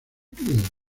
clientes